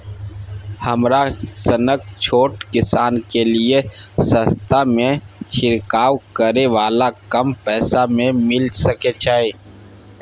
हमरा सनक छोट किसान के लिए सस्ता में छिरकाव करै वाला कम पैसा में मिल सकै छै?